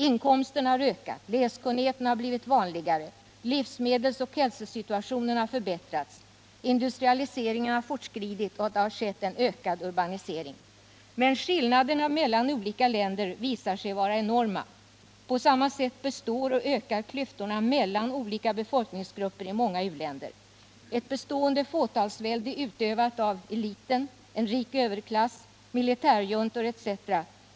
Inkomsterna har ökat. Läskunnigheten har blivit vanligare. Livsmedelsoch hälsosituationen har förbättrats. Industrialiseringen har fortskridit, och det har skett en ökad urbanisering. Men skillnaderna mellan olika länder visar sig vara enorma. På samma sätt består och ökar klyftorna mellan olika befolkningsgrupper i många u-länder. Ett bestående fåtalsvälde utövat av eliten, en rik överklass, militärjuntor etc.